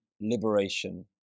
liberation